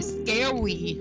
scary